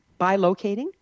bilocating